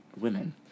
women